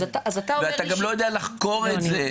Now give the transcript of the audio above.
ואתה גם לא יודע לחקור את זה.